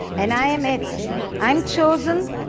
and i am it i'm chosen,